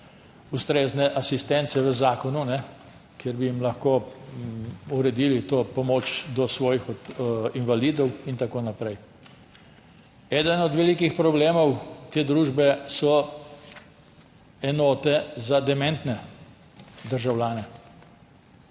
ustrezne asistence v zakonu, kjer bi jim lahko uredili to pomoč za invalide in tako naprej. Eden od velikih problemov te družbe so enote za dementne državljane.